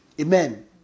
Amen